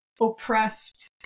oppressed